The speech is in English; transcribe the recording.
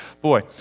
boy